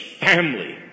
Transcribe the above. family